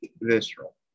visceral